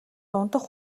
унтах